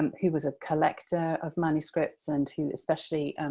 and who was a collector of manuscripts and who especially